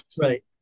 Right